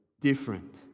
different